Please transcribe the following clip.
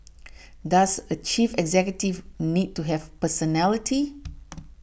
does a chief executive need to have personality